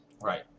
right